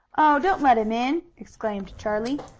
oh, don't let him in! exclaimed charlie.